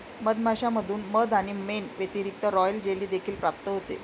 मधमाश्यांमधून मध आणि मेण व्यतिरिक्त, रॉयल जेली देखील प्राप्त होते